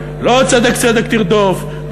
לא צדק צדק תרדוף,